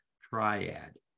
Triad